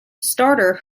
starter